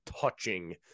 touching